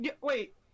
Wait